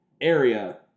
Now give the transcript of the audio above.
area